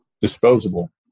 disposable